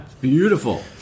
beautiful